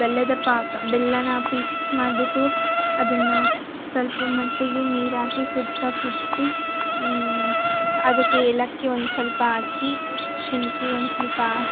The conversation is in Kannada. ಬೆಲ್ಲದ ಪಾಕ ಬೆಲ್ಲಾನ ಪೀಸಸ್ ಮಾಡ್ಬಿಟ್ಟು ಅದನ್ನ ಸ್ವಲ್ಪ ಮಟ್ಟಿಗೆ ನೀರಾಕಿ ಕುದಿಸೋಕಿಟ್ಟು ಅದಕ್ಕೆ ಏಲಕ್ಕಿ ಒಂದು ಸ್ವಲ್ಪ ಹಾಕಿ ಶುಂಠಿ ಒಂದು ಸ್ವಲ್ಪ ಹಾಕಿ